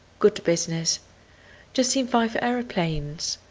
good business just seen five aeroplanes.